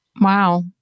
Wow